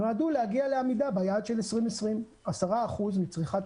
נועדו להגיע לעמידה ביעד של 2020. 10% מצריכת